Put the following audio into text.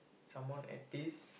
someone at this